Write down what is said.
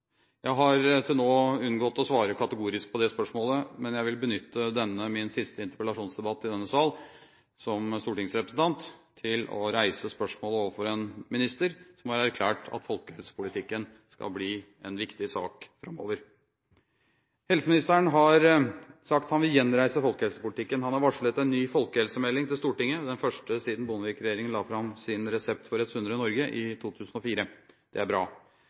Jeg har til nå unngått å svare kategorisk på det spørsmålet, men jeg vil benytte denne min siste interpellasjonsdebatt i denne sal som stortingsrepresentant til å reise spørsmålet overfor en minister som har erklært at folkehelsepolitikken skal bli en viktig sak framover. Helseministeren har sagt han vil gjenreise folkehelsepolitikken. Han har varslet en ny folkehelsemelding til Stortinget, den første siden Bondevik-regjeringen la fram sin «Resept for et sunnere Norge» i 2004. Det er bra.